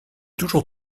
toujours